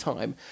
Time